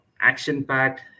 action-packed